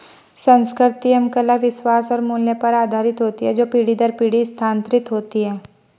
संस्कृति एवं कला विश्वास और मूल्य पर आधारित होती है जो पीढ़ी दर पीढ़ी स्थानांतरित होती हैं